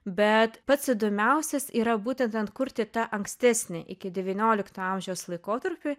bet pats įdomiausias yra būtent atkurti tą ankstesnį iki devyniolikto amžiaus laikotarpį